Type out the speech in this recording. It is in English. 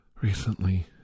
Recently